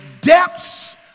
depths